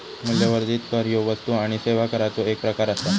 मूल्यवर्धित कर ह्यो वस्तू आणि सेवा कराचो एक प्रकार आसा